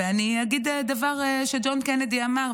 ואני אגיד דבר שג'ון קנדי אמר,